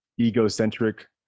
egocentric